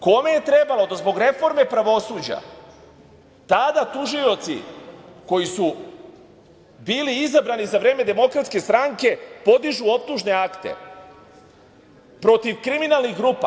Kome je trebalo da zbog reforme pravosuđa tada tužioci koji su bili izabrani za vreme DS podižu optužne akte protiv kriminalnih grupa.